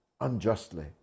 unjustly